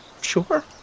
sure